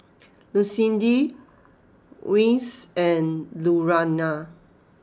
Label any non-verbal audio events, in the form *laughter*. *noise* Lucindy Reece and Lurana